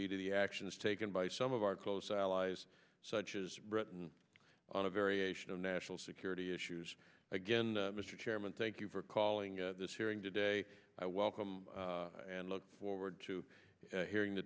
to the actions taken by some of our close allies such as britain on a variation of national security issues again mr chairman thank you for calling this hearing today i welcome and look forward to hearing the